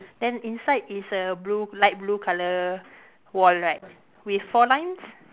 then inside is a blue light blue colour wall right with four lines